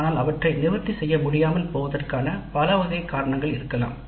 ஆனால் பலவகைக் காரணங்கள் அதை நிவர்த்தி செய்வதற்கான வழிமுறை இல்லாமல் இருக்கலாம்